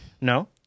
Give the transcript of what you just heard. No